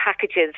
packages